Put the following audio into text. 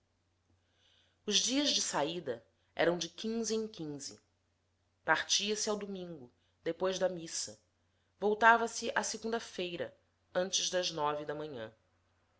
os dias de saída eram de quinze em quinze partia se ao domingo depois da missa voltava-se à segunda-feira antes das nove da manhã